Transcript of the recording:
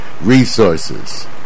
resources